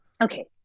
okay